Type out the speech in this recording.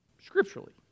Scripturally